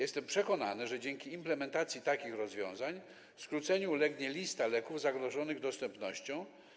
Jestem przekonany, że dzięki implementacji takich rozwiązań skróceniu ulegnie lista leków zagrożonych brakiem dostępności.